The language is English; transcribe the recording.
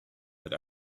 that